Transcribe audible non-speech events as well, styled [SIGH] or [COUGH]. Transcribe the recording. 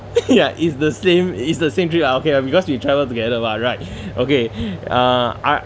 [LAUGHS] ya it's the same it's the same trip ah okay lah because we travelled together [what] right okay uh I